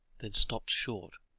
then stopped short,